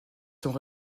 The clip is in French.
sont